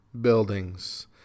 buildings